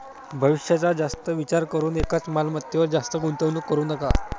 भविष्याचा जास्त विचार करून एकाच मालमत्तेवर जास्त गुंतवणूक करू नका